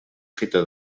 feta